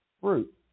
fruit